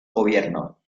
gobierno